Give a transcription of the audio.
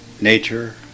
nature